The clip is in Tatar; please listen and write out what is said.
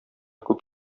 күп